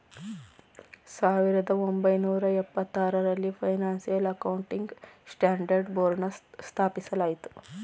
ಸಾವಿರದ ಒಂಬೈನೂರ ಎಪ್ಪತಾರರಲ್ಲಿ ಫೈನಾನ್ಸಿಯಲ್ ಅಕೌಂಟಿಂಗ್ ಸ್ಟ್ಯಾಂಡರ್ಡ್ ಬೋರ್ಡ್ನ ಸ್ಥಾಪಿಸಲಾಯಿತು